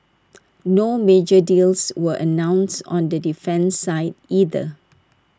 no major deals were announced on the defence side either